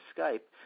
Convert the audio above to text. Skype